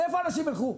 אז לאיפה אנשים ילכו?